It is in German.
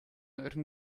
eurem